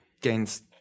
Gains